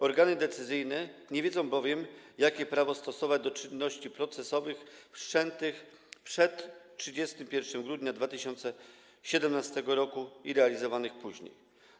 Organy decyzyjne nie wiedzą bowiem, jakie prawo stosować do czynności procesowych wszczętych przed 31 grudnia 2017 r. i realizowanych później.